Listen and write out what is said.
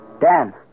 Dan